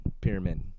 pyramid